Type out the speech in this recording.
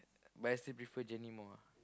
but I still prefer Jennie more ah